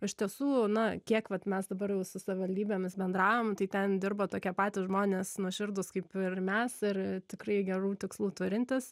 iš tiesų na kiek vat mes dabar jau su savivaldybėmis bendraujam tai ten dirba tokie patys žmonės nuoširdūs kaip ir mes ir tikrai gerų tikslų turintys